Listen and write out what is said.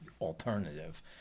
alternative